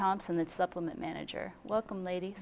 thompson that supplement manager welcome lad